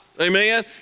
Amen